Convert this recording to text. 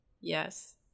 Yes